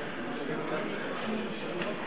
ויושבים כאן שוטרים טובים וראויים,